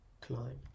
climb